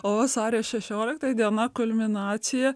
o vasario šešiolikta diena kulminacija